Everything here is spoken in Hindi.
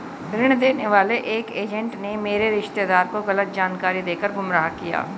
ऋण देने वाले एक एजेंट ने मेरे रिश्तेदार को गलत जानकारी देकर गुमराह किया